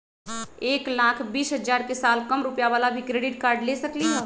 एक लाख बीस हजार के साल कम रुपयावाला भी क्रेडिट कार्ड ले सकली ह?